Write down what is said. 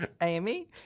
Amy